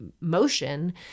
motion